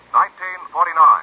1949